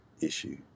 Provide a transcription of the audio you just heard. issue